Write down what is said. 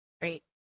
Great